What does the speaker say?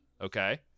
okay